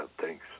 Thanks